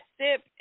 Sip